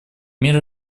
мир